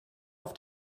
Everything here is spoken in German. auf